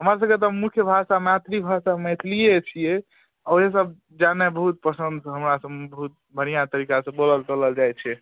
हमरासभके तऽ मुख्य भाषा मैथिली भाषा मैथिलिए छियै आओर ईसभ जाननाइ बहुत पसन्द हमरासभमे बहुत बढ़िआँ तरीकासँ बोलल तोलल जाइत छै